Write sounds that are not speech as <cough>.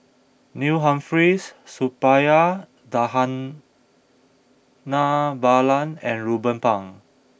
Neil Humphreys Suppiah Dhanabalan <hesitation> and Ruben Pang